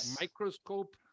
microscope